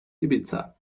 ibiza